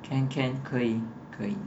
can can 可以可以